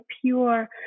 pure